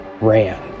ran